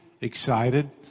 excited